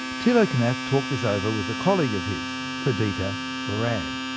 tilo kunath talked this over with a colleague of his, perdita barran,